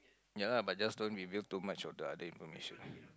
ya lah but just don't reveal too much of the other information